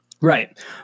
Right